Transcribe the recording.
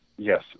Yes